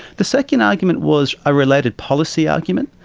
the second argument was a related policy argument.